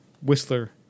Whistler